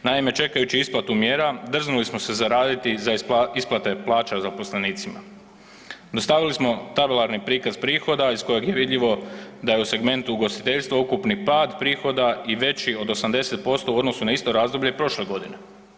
Naime, čekajući isplatu mjera drznuli smo se zaraditi za isplate plaća zaposlenicima, dostavili smo tabularni prikaz prihoda iz kojeg je vidljivo da je u segmentu ugostiteljstva ukupni pad prihoda i veći od 80% u odnosu na isto razdoblje prošle godine.